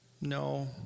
No